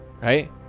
Right